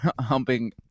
humping